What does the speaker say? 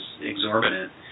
exorbitant